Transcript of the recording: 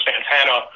Santana